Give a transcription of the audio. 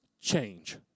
change